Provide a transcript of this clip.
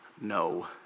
no